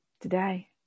Today